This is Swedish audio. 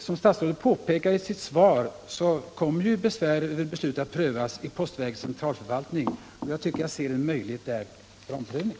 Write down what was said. Som statsrådet påpekade i sitt svar kommer ju besvär över beslutet att prövas vid postverkets centralförvaltning, och jag tycker att jag där ser en möjlighet till omprövning.